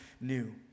new